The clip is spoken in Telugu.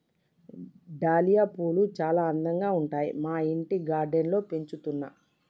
డాలియా పూలు చాల అందంగా ఉంటాయి మా ఇంటి గార్డెన్ లో పెంచుతున్నా